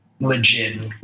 legit